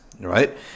Right